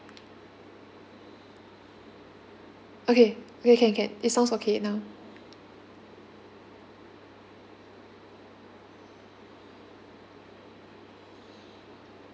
okay okay can can it sounds okay now